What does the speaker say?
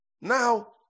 Now